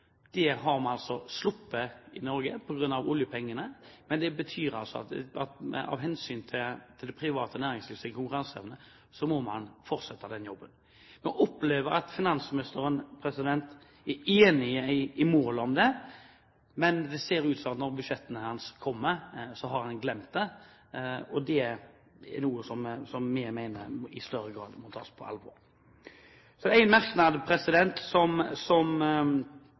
oljepengene, men av hensyn til det private næringslivets konkurranseevne må vi fortsette den jobben. Vi opplever at finansministeren er enig i målsettingen om det, men det ser ut til at når budsjettene hans kommer, har han glemt det. Dette er noe som vi mener i større grad må tas på alvor. Så en merknad som jeg vil vise lite grann til, og som betyr noe. Det gjelder innskuddsgarantiordningen. For Høyre er det en svært viktig del som